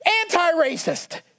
anti-racist